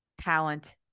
talent